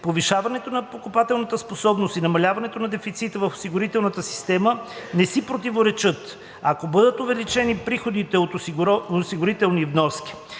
Повишаването на покупателната способност и намаляването на дефицита в осигурителната система не си противоречат, ако бъдат увеличени приходите от осигурителни вноски.